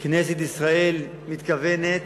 וכנסת ישראל מתכוונת,